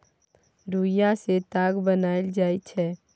रुइया सँ ताग बनाएल जाइ छै